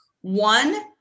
one